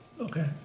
Okay